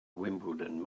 wimbledon